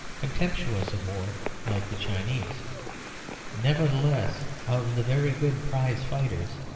contemptuous of war, like the chinese nevertheless, of the very good prize-fighters,